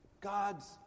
god's